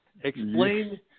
Explain